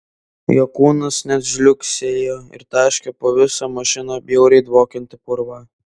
jo kūnas net žliugsėjo ir taškė po visą mašiną bjauriai dvokiantį purvą